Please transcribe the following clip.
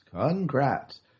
congrats